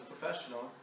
professional